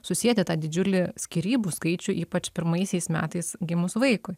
susieti tą didžiulį skyrybų skaičių ypač pirmaisiais metais gimus vaikui